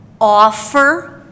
offer